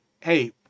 hey